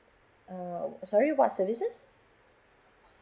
oh sorry what services